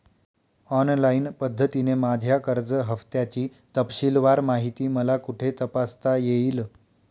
Online पद्धतीने माझ्या कर्ज हफ्त्याची तपशीलवार माहिती मला कुठे तपासता येईल?